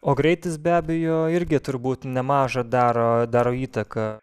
o greitis be abejo irgi turbūt nemažą daro daro įtaką